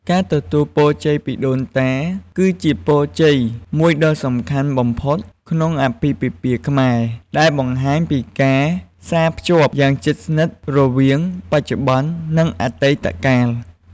ការទទួលពរជ័យពីដូនតា គឺជាពរជ័យមួយដ៏សំខាន់បំផុតក្នុងអាពាហ៍ពិពាហ៍ខ្មែរ ដែលបង្ហាញពីការផ្សារភ្ជាប់យ៉ាងជិតស្និទ្ធរវាងបច្ចុប្បន្ន និងអតីតកាល។